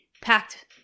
packed